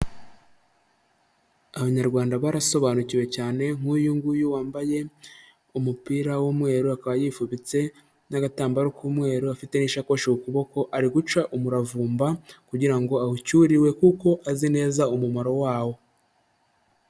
Abanyarwanda barasobanukiwe cyane nk'uyu nguyu wambaye umupira w'umweru akaba yifubitse n'agatambaro k'umweru afite n'ishakoshi ku kuboko ari guca umuravumba kugira ngo awucyure iwe kuko azi neza umumaro wawo.